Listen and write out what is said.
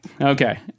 Okay